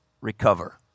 recover